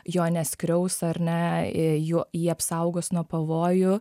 jo neskriaus ar ne jo jį apsaugos nuo pavojų